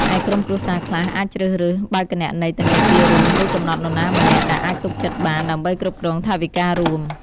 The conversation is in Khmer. ឯក្រុមគ្រួសារខ្លះអាចជ្រើសរើសបើកគណនីធនាគាររួម ឬកំណត់នរណាម្នាក់ដែលអាចទុកចិត្តបាន ដើម្បីគ្រប់គ្រងថវិការួម។